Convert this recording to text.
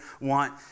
want